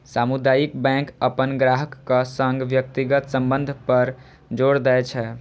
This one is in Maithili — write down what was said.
सामुदायिक बैंक अपन ग्राहकक संग व्यक्तिगत संबंध पर जोर दै छै